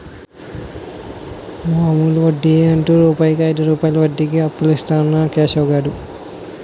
మామూలు వడ్డియే అంటు రూపాయికు ఐదు రూపాయలు వడ్డీకి అప్పులిస్తన్నాడు ఆ కేశవ్ గాడు